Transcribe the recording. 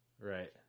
Right